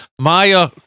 maya